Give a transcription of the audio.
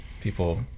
People